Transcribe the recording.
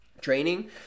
training